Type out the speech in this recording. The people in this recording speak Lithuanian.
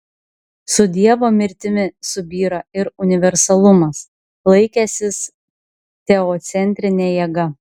su dievo mirtimi subyra ir universalumas laikęsis teocentrine jėga